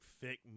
thick